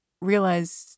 realize